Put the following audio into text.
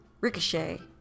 ricochet